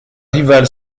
rival